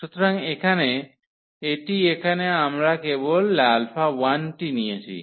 সুতরাং এটি এখানে আমরা কেবল α1 টি নিয়েছি